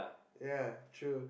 ya true